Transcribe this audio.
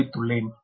காண்பித்துள்ளேன்